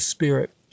spirit